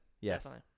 Yes